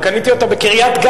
קניתי אותה בקריית-גת.